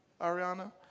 Ariana